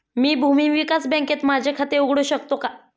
मी भूमी विकास बँकेत माझे खाते उघडू शकतो का?